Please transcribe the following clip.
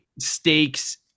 stakes